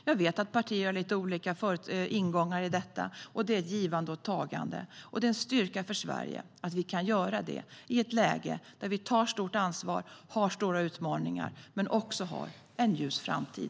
Jag vet att partier har lite olika ingångar i detta. Det är ett givande och tagande. Det är en styrka för Sverige att vi kan göra detta i ett läge där vi tar stort ansvar och har stora utmaningar men också har en ljus framtid.